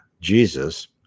Jesus